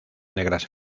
negras